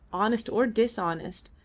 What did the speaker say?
honest or dishonest,